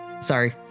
Sorry